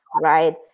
right